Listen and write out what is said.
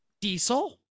diesel